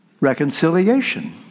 reconciliation